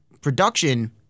production